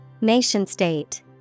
Nation-state